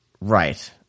Right